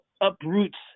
uproots